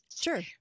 Sure